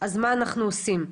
אז מה אנחנו עושים?